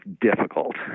difficult